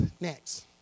next